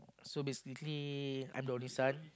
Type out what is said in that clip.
so basically I'm the only son